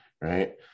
right